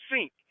sink